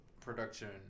production